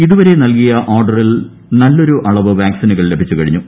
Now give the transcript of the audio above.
ഇതുവരെ നൽകിയ ഓർഡറിൽ നല്ലൊരു അളവ് വാക്സിനുകൾ ലഭിച്ചു കഴിഞ്ഞു